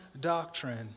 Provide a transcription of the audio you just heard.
doctrine